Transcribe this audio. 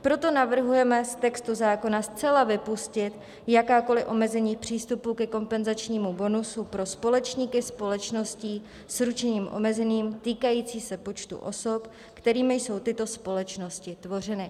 Proto navrhujeme z textu zákona zcela vypustit jakákoli omezení přístupu ke kompenzačnímu bonusu pro společníky společností s ručením omezeným týkající se počtu osob, kterými jsou tyto společnosti tvořeny.